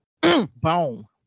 Boom